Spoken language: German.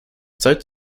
zeit